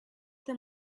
them